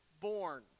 born